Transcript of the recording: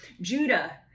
Judah